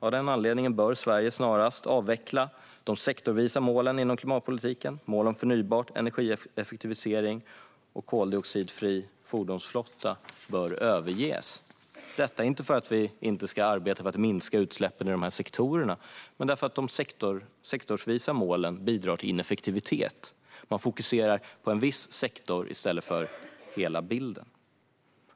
Av den anledningen bör Sverige snarast avveckla de sektorsvisa målen inom klimatpolitiken. Mål om förnybart, energieffektivisering och koldioxidfri fordonsflotta bör överges - inte för att vi inte ska arbeta för att minska utsläppen i de här sektorerna men för att de sektorsvisa målen bidrar till ineffektivitet. Man fokuserar på en viss sektor i stället för på hela bilden.